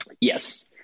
Yes